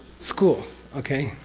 schools, okay?